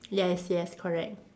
yes yes correct